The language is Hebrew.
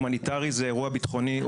הומניטרי זה אירוע ביטחוני,